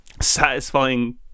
satisfying